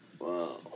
Wow